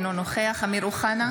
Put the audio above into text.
אינו נוכח אמיר אוחנה,